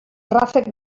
ràfec